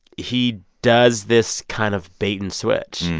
he does this kind of bait and switch.